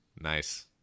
Nice